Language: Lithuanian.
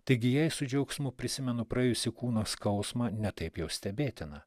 taigi jei su džiaugsmu prisimenu praėjusį kūno skausmą ne taip jau stebėtina